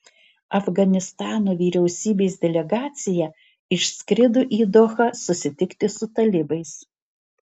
afganistano vyriausybės delegacija išskrido į dohą susitikti su talibais